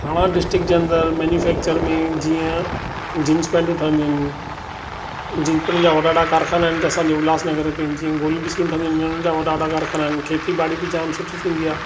थाणा district जे अंदर manufacture में जीअं जींस पैंटू ठहंदी आहिनि जींस पैंट जा वॾा वॾा कारखाना आहिनि आसांजे उल्हासनगर में जीअं गोलियूं बिस्क्यूं ठहंदा हुननि जा वॾा वॾा कारखाना आहिनि खेती बाड़ी बि जाम सुठी थींदी आहे